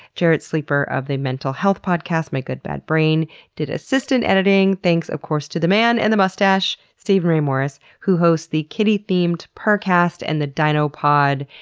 jarrett sleeper of the mental health podcast my good bad brain did assistant editing. thanks of course to the man and the mustache, steven ray morris, who hosts the kitty-themed purrrcast and the dino pod,